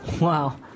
Wow